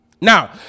Now